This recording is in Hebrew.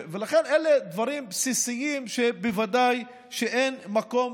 אלה דברים בסיסיים שבוודאי אין להם מקום